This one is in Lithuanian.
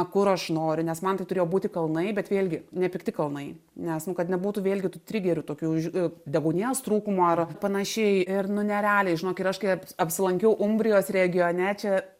kur aš noriu nes man tai turėjo būti kalnai bet vėlgi ne pikti kalnai nes nu kad nebūtų vėlgi tų trigerių tokių už deguonies trūkumo ar panašiai ir nu nerealiai žinok ir aš kai apsilankiau umbrijos regione čia